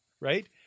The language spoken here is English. right